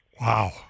Wow